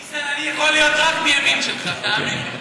אני יכול להיות רק מימין שלך, תאמין לי.